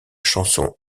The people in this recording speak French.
chanson